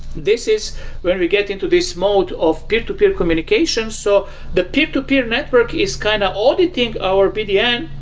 this is where we get into this mode of peer-to-peer communications. so the peer-to-peer network is kind of auditing our bdn,